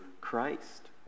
Christ